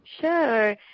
Sure